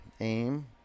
Aim